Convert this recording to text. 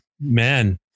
man